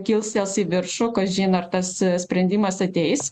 kilstels į viršų kažin ar tas sprendimas ateis